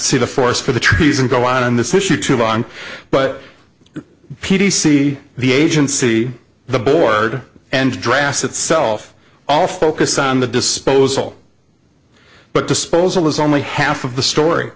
see the forest for the trees and go on this issue too long but p t c the agency the board and dress itself all focus on the disposal but disposal is only half of the story